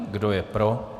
Kdo je pro?